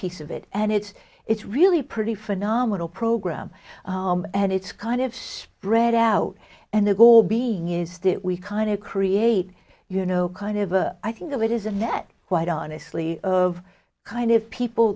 piece of it and it's it's really pretty phenomenal program and it's kind of spread out and the goal being used it we kind of create you know kind of a i think of it is a net quite honestly of kind of people